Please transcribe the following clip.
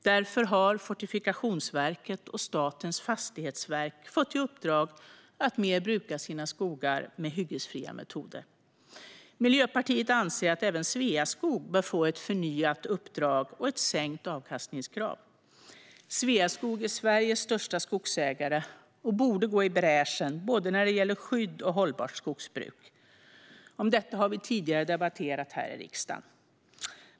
Därför har Fortifikationsverket och Statens fastighetsverk fått i uppdrag att mer bruka sina skogar med hyggesfria metoder. Miljöpartiet anser att även Sveaskog bör få ett förnyat uppdrag och ett sänkt avkastningskrav. Sveaskog är Sveriges största skogsägare och borde gå i bräschen när det gäller både skydd och hållbart skogsbruk. Om detta har vi tidigare debatterat i riksdagen.